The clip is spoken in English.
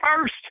first